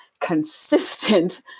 consistent